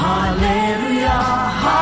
Hallelujah